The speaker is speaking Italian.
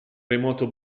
remoto